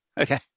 Okay